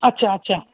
আচ্ছা আচ্ছা